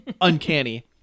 uncanny